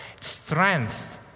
strength